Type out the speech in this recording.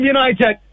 United